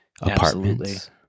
apartments